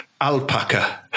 alpaca